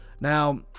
Now